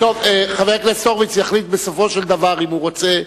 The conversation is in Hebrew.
חבר הכנסת הורוביץ יחליט בסופו של דבר אם הוא רוצה.